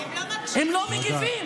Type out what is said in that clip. הם ימנו, הם לא מגיבים.